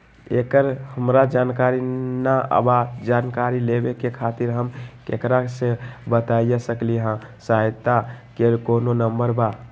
एकर हमरा जानकारी न बा जानकारी लेवे के खातिर हम केकरा से बातिया सकली ह सहायता के कोनो नंबर बा?